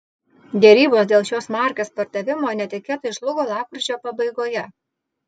derybos dėl šios markės pardavimo netikėtai žlugo lapkričio pabaigoje